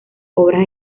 obras